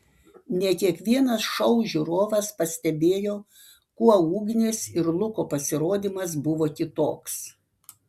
ne kiekvienas šou žiūrovas pastebėjo kuo ugnės ir luko pasirodymas buvo kitoks